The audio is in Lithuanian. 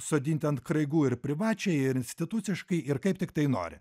sodinti ant kraigų ir privačiai ir instituciškai ir kaip tiktai nori